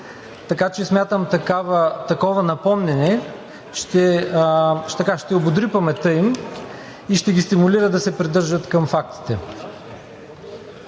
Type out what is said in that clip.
че такова напомняне ще ободри паметта им и ще ги стимулира да се придържат към фактите.